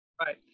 right